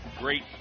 great